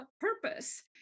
purpose